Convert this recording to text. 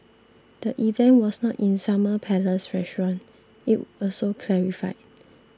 the event was not in Summer Palace restaurant it also clarified